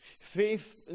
Faith